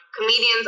comedians